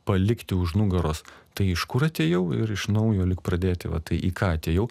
palikti už nugaros tai iš kur atėjau ir iš naujo lyg pradėti va tai į ką atėjau